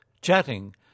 chatting